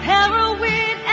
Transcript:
Heroin